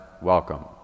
welcome